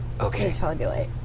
Okay